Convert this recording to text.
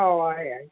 हो आहे आहे हा